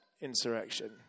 insurrection